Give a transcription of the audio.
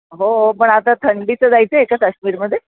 हो पण आता थंडीचं जायचं आहे का काश्मीरमध्ये